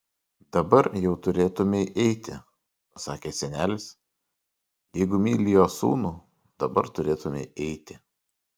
dabar jau turėtumei eiti pasakė senelis jeigu myli jo sūnų dabar turėtumei eiti